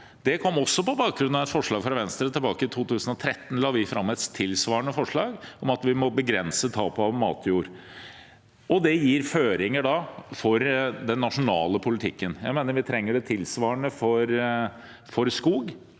Det kom på bakgrunn av et annet forslag fra Venstre: Tilbake i 2013 la vi fram et tilsvarende forslag, om at vi må begrense tapet av matjord, og det gir føringer for den nasjonale politikken. Jeg mener vi trenger et tilsvarende for skog,